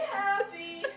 happy